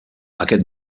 aquest